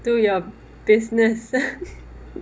do your business